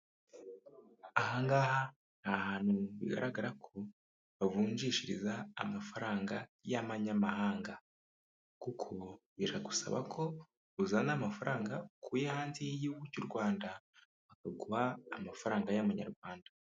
Ahangaha ni ahantu bigaragara ko bavunjishiriza amafaranga y'amanyamahanga, kuko biragusaba ko uzana amafaranga ukuye hanze y'igihugu cy'u Rwanda, bakaguha amafaranga y'amanyarwanda.